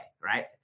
right